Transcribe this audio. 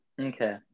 Okay